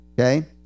Okay